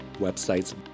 websites